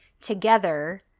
together